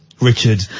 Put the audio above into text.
Richard